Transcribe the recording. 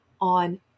on